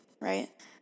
right